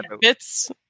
bits